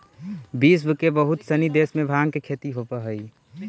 विश्व के बहुत सनी देश में भाँग के खेती होवऽ हइ